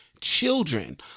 children